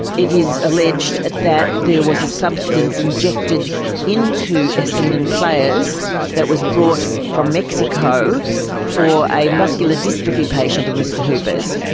it is alleged that there was a substance injected into essendon players that was brought from mexico for a muscular dystrophy patient of mr hooper's.